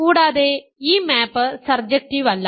കൂടാതെ ഈ map surjective അല്ല